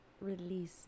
release